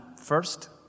first